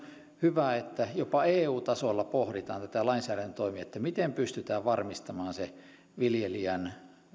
hyvä että jopa eu tasolla pohditaan näitä lainsäädäntötoimia miten pystytään varmistamaan se viljelijän